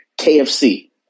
KFC